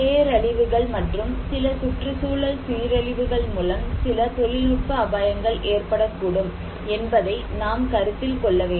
பேரழிவுகள் மற்றும் சில சுற்றுச்சூழல் சீரழிவுகள் மூலம் சில தொழில்நுட்ப அபாயங்கள் ஏற்படக்கூடும் என்பதை நாம் கருத்தில் கொள்ள வேண்டும்